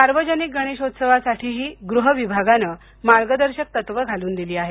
सार्वजनिक गणेशोत्सवासाठीही गृह विभागानं मार्गदर्शक तत्व घालून दिली आहेत